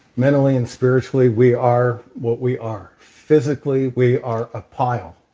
mentally and spiritually we are what we are. physically we are a pile